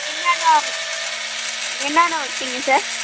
என்னென்னா என்னென்னா வைப்பீங்க சார்